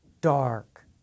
dark